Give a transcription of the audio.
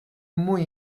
muy